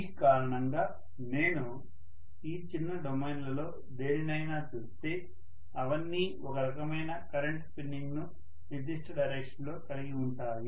ఈ కారణంగా నేను ఈ చిన్న డొమైన్లలో దేనినైనా చూస్తే అవన్నీ ఒక రకమైన కరెంట్ స్పిన్నింగ్ను నిర్దిష్ట డైరెక్షన్ లో కలిగి ఉంటాయి